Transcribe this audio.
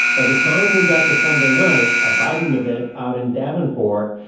by the time we got to sunday night, a biden event out in davenport,